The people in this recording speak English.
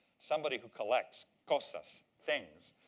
somebody who collects cosas things.